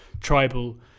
Tribal